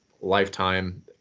lifetime